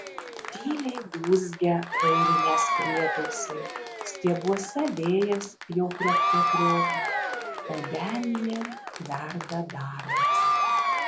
tyliai dūzgia vairinės prietaisai stiebuose vėjas jau kriokte kriokia o denyje verda darbas